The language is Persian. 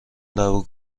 لبو